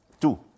Two